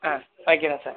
ஆ வைக்கிறேன் சார்